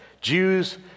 jews